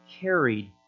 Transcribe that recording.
carried